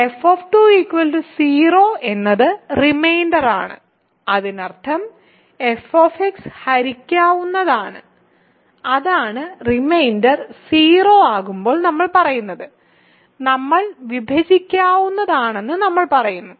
f 0 എന്നത് reminder ആണ് അതിനർത്ഥം f ഹരിക്കാവുന്നതാണ് അതാണ് റിമൈൻഡർ 0 ആകുമ്പോൾ നമ്മൾ പറയുന്നത് അത് വിഭജിക്കാവുന്നതാണെന്ന് നമ്മൾ പറയുന്നു